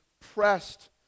pressed